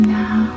now